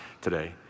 today